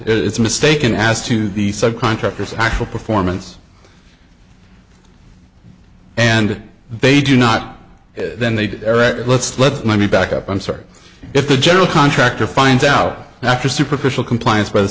it's mistaken as to the subcontractors actual performance and they do not then they let's let me back up i'm sorry if the general contractor finds out after superficial compliance by the